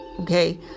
Okay